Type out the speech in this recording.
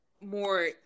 more